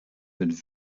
mit